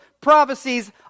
prophecies